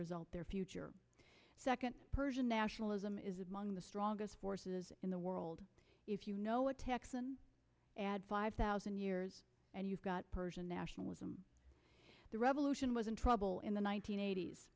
result their future second persian nationalism is among the strongest forces in the world if you know a texan add five thousand years and you've got persian nationalism the revolution was in trouble in the